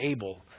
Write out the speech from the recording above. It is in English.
able